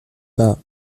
pas